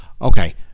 Okay